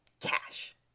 cash